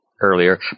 earlier